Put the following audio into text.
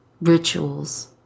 rituals